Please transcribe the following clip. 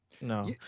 No